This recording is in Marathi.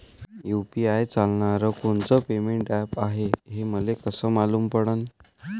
यू.पी.आय चालणारं कोनचं पेमेंट ॲप हाय, हे मले कस मालूम पडन?